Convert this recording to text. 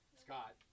Scott